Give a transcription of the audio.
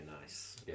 nice